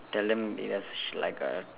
tell them it has s~ like a